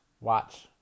watch